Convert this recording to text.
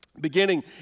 beginning